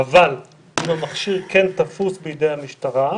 אבל אם המכשיר כן תפוס בידי המשטרה,